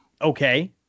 okay